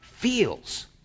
feels